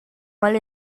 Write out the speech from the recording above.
mal